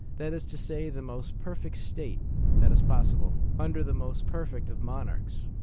that is to say, the most perfect state that is possible, under the most perfect of monarchs.